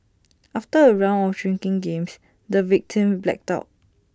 after A round of drinking games the victim blacked out